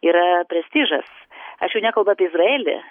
yra prestižas aš jau nekalbu apie izraelį